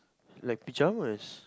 like pyjamas